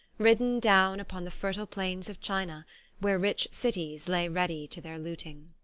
ridden down upon the fertile plain of china where rich cities lay ready to their looting.